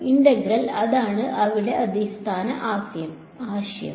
integral അതാണ് ഇവിടെ അടിസ്ഥാന ആശയം ശരി